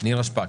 נירה שפק.